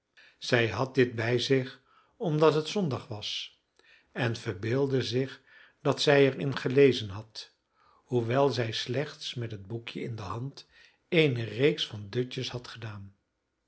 zij had dit bij zich omdat het zondag was en verbeeldde zich dat zij er in gelezen had hoewel zij slechts met het boekje in de hand eene reeks van dutjes had gedaan